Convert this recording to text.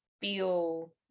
feel